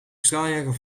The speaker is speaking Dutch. straaljager